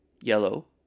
yellow